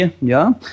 Ja